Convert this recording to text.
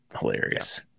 hilarious